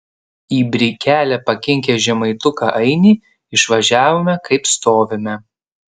į brikelę pakinkę žemaituką ainį išvažiavome kaip stovime